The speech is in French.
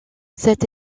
cette